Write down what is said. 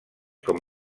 com